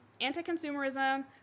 anti-consumerism